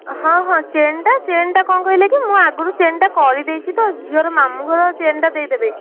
ହଁ ହଁ ଚେନଟା ଚେନଟା କ'ଣ କହିଲେ କି ମୁଁ ଆଗରୁ ଚେନ୍ଟା କରିଦେଇଛି ତ ଝିଅର ମାମୁଁ ଘର ଚେନଟା ଦେଇ ଦେବେ